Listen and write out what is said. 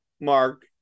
mark